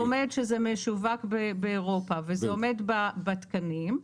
שזה משווק באירופה וזה עומד בתקנים.